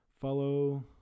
follow